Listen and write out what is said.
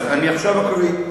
אני עכשיו אקריא.